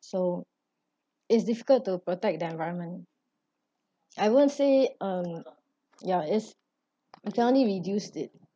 so it's difficult to protect the environment I won't say um ya it's you can only reduced it